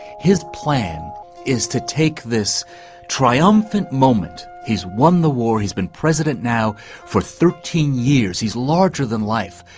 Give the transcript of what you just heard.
his plan is to take this triumphant moment, he's won the war, he's been president now for thirteen years, he's larger than life,